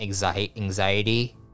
anxiety